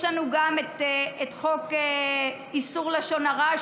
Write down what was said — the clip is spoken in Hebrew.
יש לנו גם את חוק איסור לשון הרע,